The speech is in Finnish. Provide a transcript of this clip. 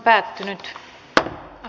keskustelu päättyi